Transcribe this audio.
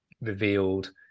revealed